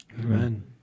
amen